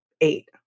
eight